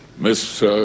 Miss